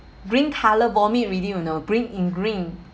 green colour vomit really you know green in green